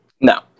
No